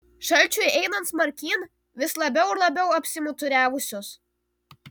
šalčiui einant smarkyn vis labiau ir labiau apsimuturiavusios